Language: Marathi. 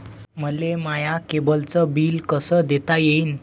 मले माया केबलचं बिल कस देता येईन?